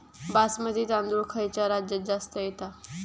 बासमती तांदूळ खयच्या राज्यात जास्त येता?